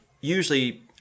usually